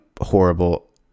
horrible